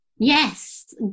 Yes